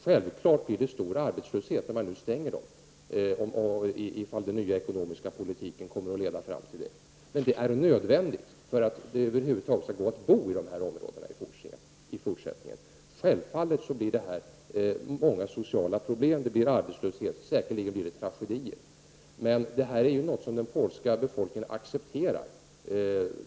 Självfallet blir det en stor arbetslöshet när dessa fabriker stängs, om den nya ekonomiska politiken kommer att leda fram till det, men det är nödvändigt för att det över huvud taget skall vara möjligt att bo i dessa områden i fortsättningen. Självfallet leder detta till många sociala problem, bl.a. i form av arbetslöshet. Säkerligen blir det tragedier. Men detta är något som den polska befolkningen accepterar.